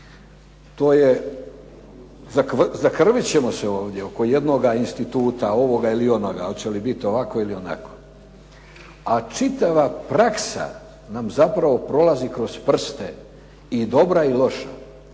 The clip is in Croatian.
To je zakrvit ćemo se ovdje oko jednoga instituta, ovoga ili onoga, hoće li bit ovako ili onako. A čitava praksa nam zapravo prolazi kroz prste i dobra i loša,